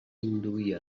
induir